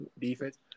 Defense